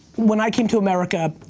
when i came to america,